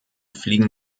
fliegen